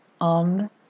on